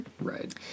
Right